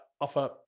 Offer